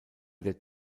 der